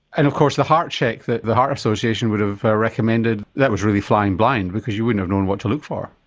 and of course the heart check that the heart association would have recommended that was really flying blind because you wouldn't have known what to look for?